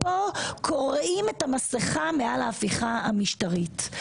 כאן קוראים את המסכה מעל ההפיכה המשטרית.